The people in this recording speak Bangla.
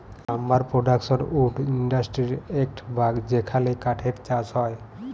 লাম্বার পোরডাকশন উড ইন্ডাসটিরির একট ভাগ যেখালে কাঠের চাষ হয়